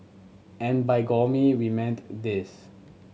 and by gourmet we meant this